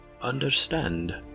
understand